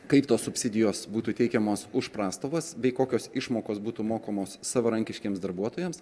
kaip tos subsidijos būtų teikiamos už prastovas bei kokios išmokos būtų mokamos savarankiškiems darbuotojams